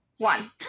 One